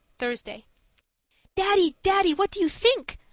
thursday daddy! daddy! what do you think?